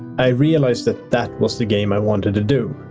i realized that that was the game i wanted to do.